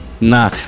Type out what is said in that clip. Nah